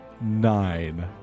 Nine